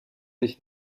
ich